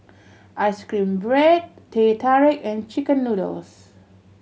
ice cream bread Teh Tarik and chicken noodles